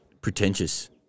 pretentious